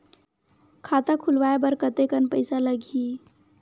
खाता खुलवाय बर कतेकन पईसा लगही?